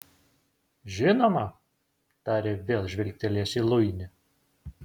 žinoma tarė vėl žvilgtelėjęs į luinį